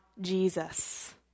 Jesus